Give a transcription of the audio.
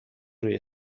روی